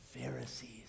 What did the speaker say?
Pharisees